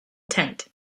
tent